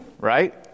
right